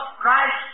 Christ